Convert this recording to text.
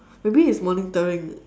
maybe it's monitoring